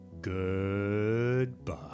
Goodbye